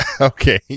Okay